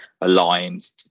aligned